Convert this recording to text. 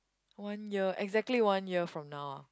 one year exactly one year from now ah